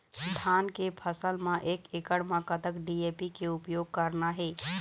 धान के फसल म एक एकड़ म कतक डी.ए.पी के उपयोग करना हे?